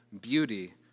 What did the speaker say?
beauty